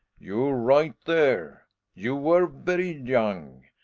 you're right there you were very young.